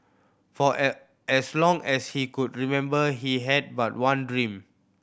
for as long as he could remember he had but one dream